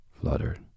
fluttered